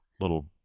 little